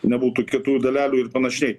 nebūtų kietųjų dalelių ir panašiai